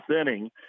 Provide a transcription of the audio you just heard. inning